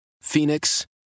Phoenix